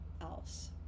else